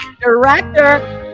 director